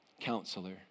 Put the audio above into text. Counselor